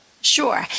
Sure